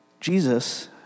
Jesus